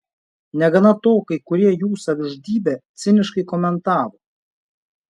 negana to kai kurie jų savižudybę ciniškai komentavo